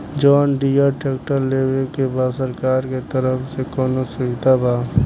John Deere tractor लेवे के बा सरकार के तरफ से कौनो सुविधा बा?